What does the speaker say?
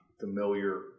familiar